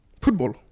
Football